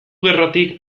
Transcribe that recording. gerratik